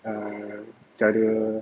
err cara